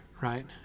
right